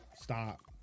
stop